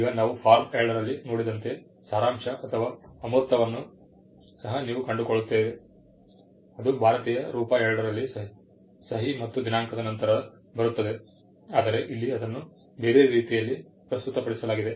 ಈಗ ನಾವು ಫಾರ್ಮ್ 2 ರಲ್ಲಿ ನೋಡಿದಂತೆ ಸಾರಾಂಶ ಅಥವಾ ಅಮೂರ್ತವನ್ನು ಸಹ ನೀವು ಕಂಡುಕೊಳ್ಳುತ್ತೀರಿ ಅದು ಭಾರತೀಯ ರೂಪ 2 ರಲ್ಲಿ ಸಹಿ ಮತ್ತು ದಿನಾಂಕದ ನಂತರ ಬರುತ್ತದೆ ಆದರೆ ಇಲ್ಲಿ ಅದನ್ನು ಬೇರೆ ರೀತಿಯಲ್ಲಿ ಪ್ರಸ್ತುತಪಡಿಸಲಾಗಿದೆ